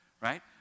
right